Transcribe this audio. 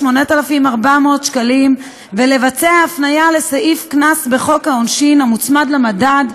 8,400 שקלים ולבצע הפניה לסעיף קנס בחוק העונשין המוצמד למדד,